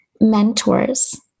mentors